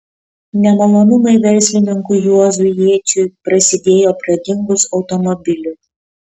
nemalonumai verslininkui juozui jėčiui prasidėjo pradingus automobiliui